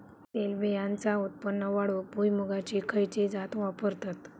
तेलबियांचा उत्पन्न वाढवूक भुईमूगाची खयची जात वापरतत?